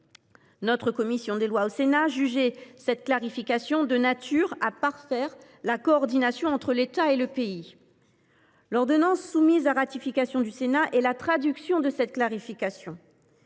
La commission des lois du Sénat jugeait cette clarification de nature à « parfaire la coordination entre l’État et le pays ». L’ordonnance soumise à la ratification du Sénat est la traduction de cette clarification.